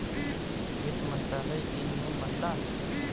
वित्त मंत्रालय के नियम मनला